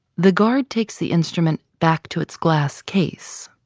the guard takes the instrument back to its glass case,